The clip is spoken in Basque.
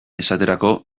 esaterako